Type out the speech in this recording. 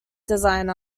designer